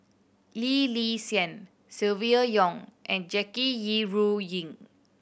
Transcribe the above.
Lee Li Silvia Yong and Jackie Yi Ru Ying